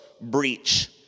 breach